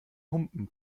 humpen